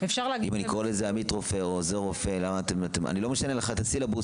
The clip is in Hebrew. אם לא תהיה התאמה בין התוספת הראשונה לדוח של המל"ג